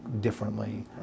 differently